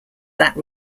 that